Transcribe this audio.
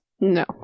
No